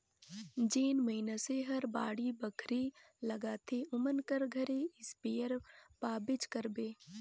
जेन मइनसे हर बाड़ी बखरी लगाथे ओमन कर घरे इस्पेयर पाबेच करबे